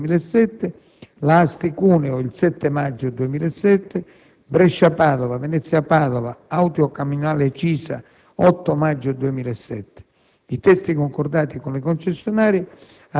Pedemontana Lombarda il 20 aprile 2007; Asti Cuneo il 7 maggio 2007; Brescia Padova, Venezia Padova, Autocamionale Cisa l'8 maggio 2007);